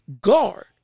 guard